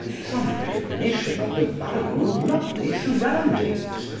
some recognition of the value of lovely surroundings,